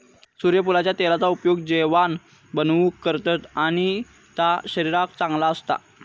सुर्यफुलाच्या तेलाचा उपयोग जेवाण बनवूक करतत आणि ता शरीराक चांगला असता